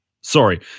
Sorry